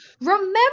Remember